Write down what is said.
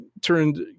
turned